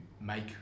make